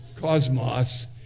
cosmos